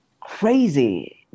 crazy